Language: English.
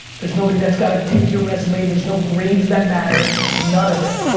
there's nobody that's gotta take your resume, there's no grades that matter, none of it.